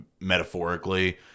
metaphorically